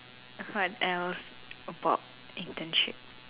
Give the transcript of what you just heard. what else about internship